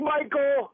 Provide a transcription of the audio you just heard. Michael